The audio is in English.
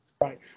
Right